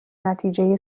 نتیجه